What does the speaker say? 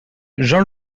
jean